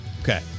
Okay